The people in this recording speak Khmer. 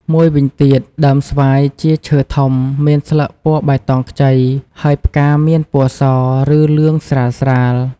មួយវិញទៀតដើមស្វាយជាឈើធំ មានស្លឹកពណ៌បៃតងខ្ចី ហើយផ្កាមានពណ៌ស ឬលឿងស្រាលៗ។